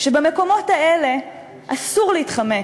שבמקומות האלה אסור להתחמק,